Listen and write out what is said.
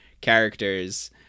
characters